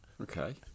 Okay